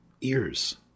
ears